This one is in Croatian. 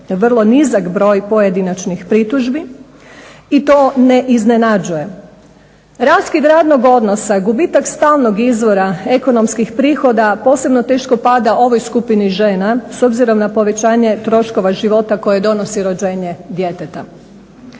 vrlo nizak broj pojedinačnih pritužbi i to ne iznenađuje. Raskid radnog odnosa, gubitak stalnog izvora ekonomskih prihoda posebno teško pada ovoj skupini žena s obzirom na povećanja troškova života koje donosi rođenje djeteta.